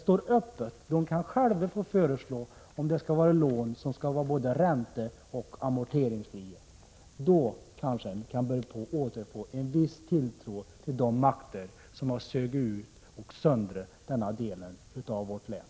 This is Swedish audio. Bolagen kan själva få föreslå om lånen skall vara både ränteoch amorteringsfria. Då kanske man kan börja återfå en viss tilltro till de makter som har sugit ut och söndrat denna del av vårt län.